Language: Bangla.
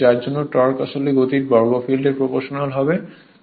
যার জন্য টর্ক আসলে গতির বর্গ ফিল্ডের প্রপ্রোশনাল হবে